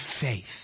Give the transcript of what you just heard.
faith